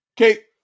Okay